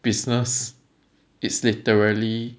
business it's literally